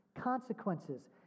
consequences